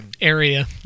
area